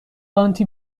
آنتی